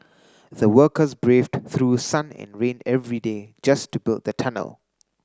the workers braved through sun and rain every day just to build the tunnel